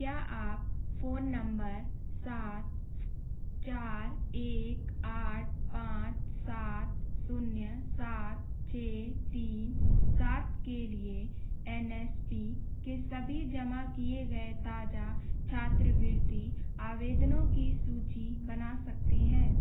क्या आप phone number सात चार एक आठ पाँच सात शून्य सात छः तीन सात के लिए एन एस पी के सभी जमा किए गए ताज़ा छात्रवृत्ति आवेदनों की सूची बना सकते हैं